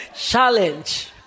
Challenge